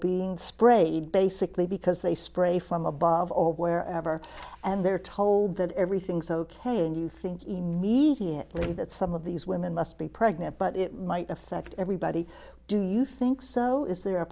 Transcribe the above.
being sprayed basically because they spray from above or wherever and they're told that everything's ok and you think immediately that some of these women must be pregnant but it might affect everybody do you think so is there a